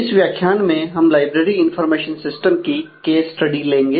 इस व्याख्यान में हम लाइब्रेरी इंफॉर्मेशन सिस्टम लेंगे